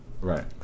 right